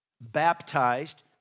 baptized